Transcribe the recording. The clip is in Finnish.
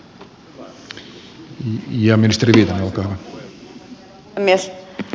arvoisa herra puhemies